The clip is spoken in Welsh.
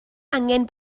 angen